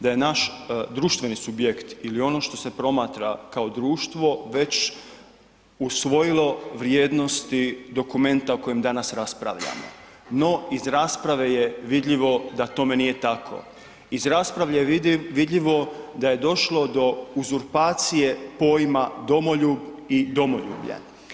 Da je naš društveni subjekt ili ono što se promatra kao društvo već usvojilo vrijednosti dokumenta o kojem danas raspravljamo, no iz rasprave je vidljivo da tome nije tako, iz rasprave je vidljivo da je došlo do uzurpacije pojma domoljub i domoljublja.